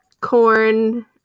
corn